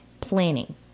planning